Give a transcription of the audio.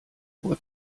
vor